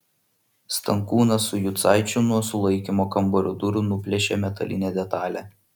stankūnas su jucaičiu nuo sulaikymo kambario durų nuplėšė metalinę detalę